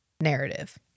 narrative